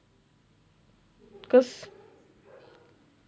cause